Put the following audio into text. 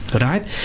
right